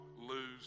lose